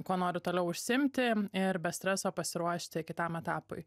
kuo noriu toliau užsiimti ir be streso pasiruošti kitam etapui